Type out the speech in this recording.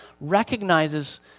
recognizes